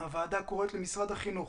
הוועדה קוראת למשרד החינוך